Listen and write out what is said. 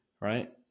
right